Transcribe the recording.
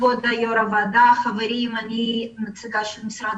כבוד יו"ר הוועדה, חברים, אני רוצה